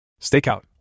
Stakeout